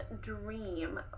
dream